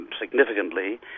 significantly